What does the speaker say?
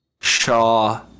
Shaw